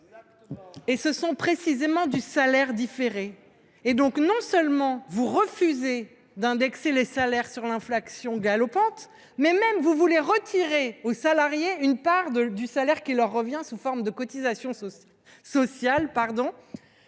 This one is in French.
!… et, précisément, du salaire différé. Non seulement vous refusez d’indexer les salaires sur l’inflation galopante, mais, en plus, vous voulez même retirer aux salariés une part du salaire qui leur revient sous forme de cotisations sociales.